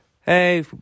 hey